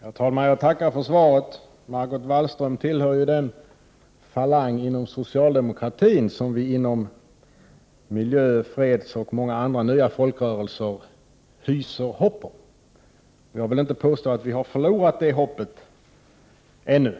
Herr talman! Jag tackar för svaret. Margot Wallström tillhör ju den falang inom socialdemokratin som vi inom miljö-, fredsoch många andra nya folkrörelser hyser hopp om. Jag vill inte påstå att vi har förlorat det hoppet — ännu.